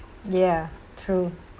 ya true